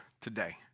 today